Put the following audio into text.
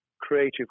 creative